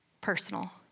personal